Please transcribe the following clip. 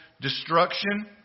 destruction